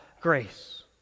grace